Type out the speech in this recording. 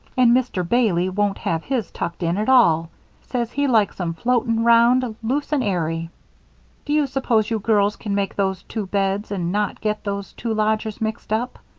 and mr. bailey won't have his tucked in at all says he likes em floating round loose and airy do you suppose you girls can make those two beds and not get those two lodgers mixed up?